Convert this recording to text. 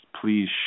please